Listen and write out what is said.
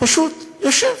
פשוט יושב.